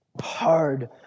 hard